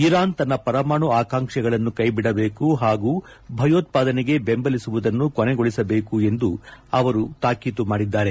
Iran ತನ್ನ ಪರಮಾಣು ಅಕಾಂಕ್ಷೆಗಳನ್ನು ಕೈಬಿಡಬೇಕು ಹಾಗೂ ಭಯೋತ್ವಾದನೆಗೆ ಬೆಂಬಲಿಸುವುದನ್ನು ಕೊನೆಗೊಳಿಸಬೇಕು ಎಂದು ಸಹ ಅವರು ಹೇಳಿದ್ದಾರೆ